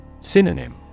Synonym